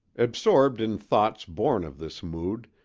absorbed in thoughts born of this mood,